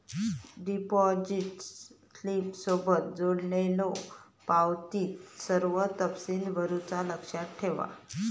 deposit स्लिपसोबत जोडलेल्यो पावतीत सर्व तपशील भरुचा लक्षात ठेवा